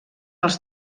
els